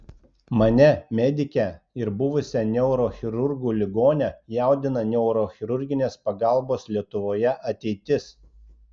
mane medikę ir buvusią neurochirurgų ligonę jaudina neurochirurginės pagalbos lietuvoje ateitis